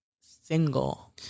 single